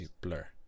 Blur